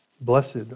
blessed